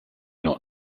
not